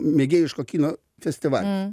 mėgėjiško kino festivalis